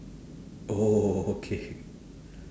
oh okay